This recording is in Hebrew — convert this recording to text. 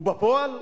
ובפועל,